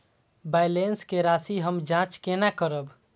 Balance के राशि हम जाँच केना करब?